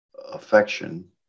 affection